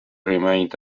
remained